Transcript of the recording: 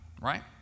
right